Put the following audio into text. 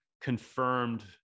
confirmed